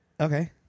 Okay